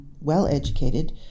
well-educated